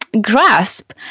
grasp